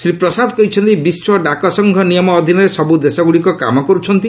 ଶ୍ରୀ ପ୍ରସାଦ କହିଛନ୍ତି ବିଶ୍ୱ ଡାକସଂଘ ନିୟମ ଅଧୀନରେ ସବୁ ଦେଶଗ୍ରଡ଼ିକ କାମ କର୍ରଛନ୍ତି